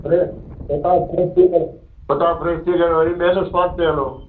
हुतां फ्रेश थी करे हुतां फ्रेश थी करे वरी ॿियनि स्पॉट्स ते हलो